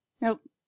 Nope